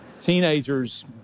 Teenagers